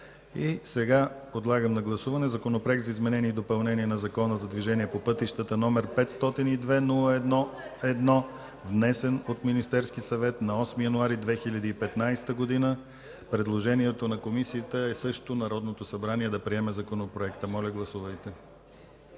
приет. Подлагам на гласуване Законопроект за изменение и допълнение на Закона за движение по пътищата, № 502-01-1, внесен от Министерския съвет на 8 януари 2015 г. Предложението на Комисията е Народното събрание да приеме Законопроекта. Гласували